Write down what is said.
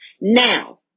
Now